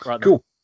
Cool